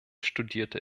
studierte